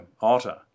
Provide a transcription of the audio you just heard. Otter